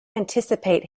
anticipate